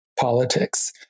politics